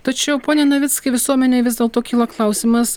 tačiau pone navickai visuomenei vis dėlto kilo klausimas